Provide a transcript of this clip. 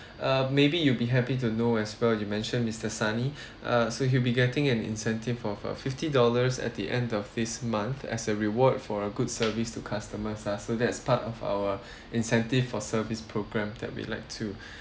uh maybe you will be happy to know as well you mentioned mister sunny uh so he'll be getting an incentive of uh fifty dollars at the end of this month as a reward for a good service to customers ah so that is part of our incentive for service program that we like to